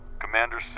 Commander